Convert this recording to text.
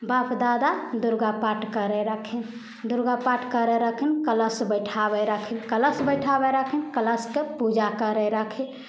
बाप दादा दुर्गा पाठ करैत रहखिन दुर्गा पाठ करैत रहखिन कलश बैठाबै रहखिन कलश बैठाबै रहखिन कलशकेँ पूजा करै रहखिन